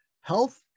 health